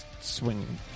swing